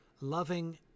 loving